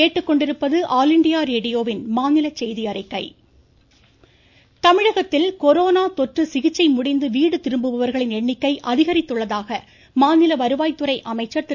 உதயகுமார் தமிழகத்தில் கொரோனா தொற்று சிகிச்சை முடிந்து வீடு திரும்புவர்களின் எண்ணிக்கை அதிகரித்துள்ளதாக மாநில வருவாய் துறை அமைச்சர் திரு